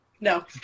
No